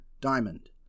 diamond